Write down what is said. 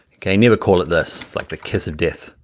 okay never call it less. it's like the kiss of death,